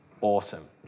Awesome